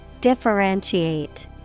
Differentiate